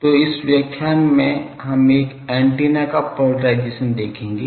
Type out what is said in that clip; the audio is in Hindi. तो इस व्याख्यान में हम एक एंटीना का पोलराइजेशन देखेंगे